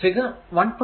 figure 1